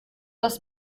das